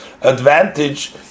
advantage